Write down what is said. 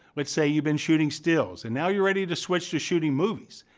let's say you've been shooting stills, and now you're ready to switch to shooting movies,